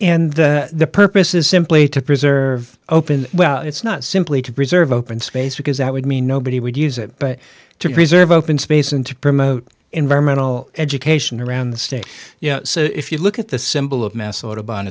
and the purpose is simply to preserve open well it's not simply to preserve open space because that would mean nobody would use it but to preserve open space and to promote environmental education around the state you know if you look at the symbol of mass a